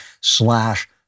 slash